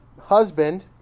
husband